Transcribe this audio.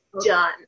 done